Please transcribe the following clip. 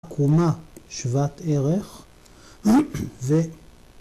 ‫עקומה שוות ערך, ו...